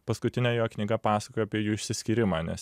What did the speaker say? paskutinė jo knyga pasakoja apie jų išsiskyrimą nes